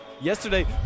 Yesterday